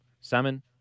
Salmon